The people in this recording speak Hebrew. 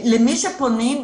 למי שפונים,